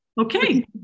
Okay